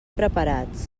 preparats